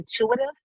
intuitive